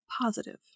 positive